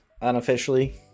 unofficially